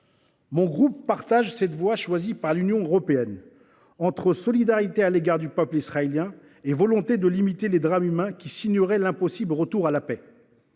Mon groupe adhère à la voie choisie par l’Union européenne, entre solidarité à l’égard du peuple israélien et volonté de limiter les drames humains, qui signeraient l’impossible retour à la paix.